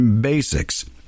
Basics